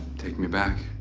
take me back.